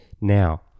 Now